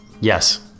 Yes